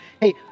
Hey